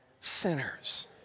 sinners